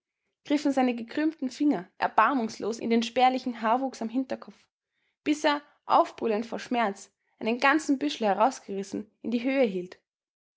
griffen seine gekrümmten finger erbarmungslos in den spärlichen haarwuchs am hinterkopf bis er aufbrüllend vor schmerz einen ganzen büschel ausgerissen in die höhe hielt